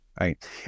Right